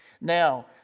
Now